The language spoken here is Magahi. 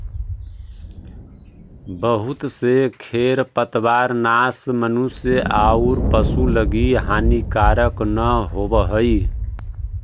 बहुत से खेर पतवारनाश मनुष्य औउर पशु लगी हानिकारक न होवऽ हई